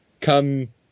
come